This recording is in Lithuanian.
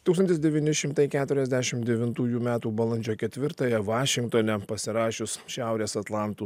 tūkstantis devyni šimtai keturiasdešim devintųjų metų balandžio ketvirtąją vašingtone pasirašius šiaurės atlanto